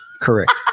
Correct